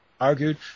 argued